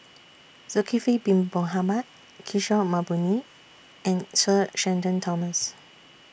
Zulkifli Bin Mohamed Kishore Mahbubani and Sir Shenton Thomas